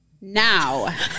Now